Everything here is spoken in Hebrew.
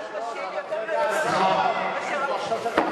זה כמו הרבנים שאמרו ששירת נשים יותר,